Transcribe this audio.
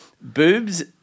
Boobs